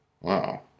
Wow